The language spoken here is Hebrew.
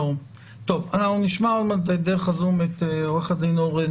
אנחנו נשמע עוד מעט דרך ה-זום את עורך הדין אורן